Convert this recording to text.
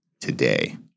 today